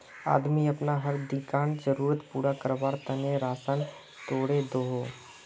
आदमी अपना हर दिन्कार ज़रुरत पूरा कारवार तने राशान तोड़े दोहों